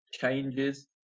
changes